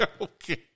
Okay